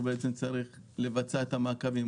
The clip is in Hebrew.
לבצע את המעקבים,